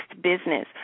business